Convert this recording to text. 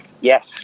Yes